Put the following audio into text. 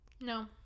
No